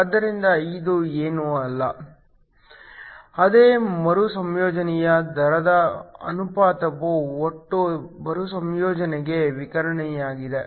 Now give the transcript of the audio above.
ಆದ್ದರಿಂದ ಇದು ಏನೂ ಅಲ್ಲ ಆದರೆ ಮರುಸಂಯೋಜನೆಯ ದರದ ಅನುಪಾತವು ಒಟ್ಟು ಮರುಸಂಯೋಜನೆಗೆ ವಿಕಿರಣವಾಗಿದೆ